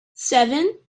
seven